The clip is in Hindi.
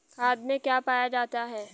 खाद में क्या पाया जाता है?